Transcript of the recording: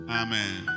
amen